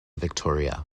victoria